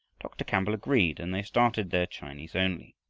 dr. campbell agreed, and they started their chinese only.